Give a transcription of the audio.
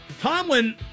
Tomlin